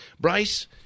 Bryce